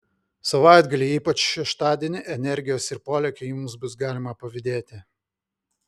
savaitgalį ypač šeštadienį energijos ir polėkio jums bus galima pavydėti